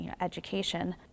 education